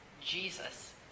Jesus